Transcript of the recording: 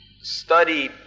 study